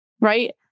Right